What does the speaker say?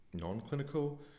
non-clinical